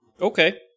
Okay